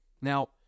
Now